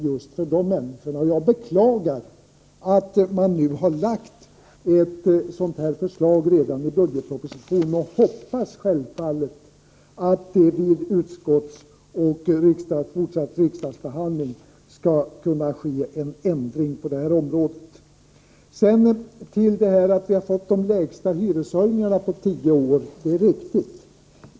Jag beklagar att regeringen redan i budgetpropositionen har lagt fram ett sådant här förslag, och jag hoppas självfallet att det vid utskottsoch den fortsatta riksdagsbehandlingen skall kunna ske en ändring på detta område. Det sades att hyreshöjningarna nu har varit de lägsta på tio år, och det är riktigt.